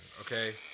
okay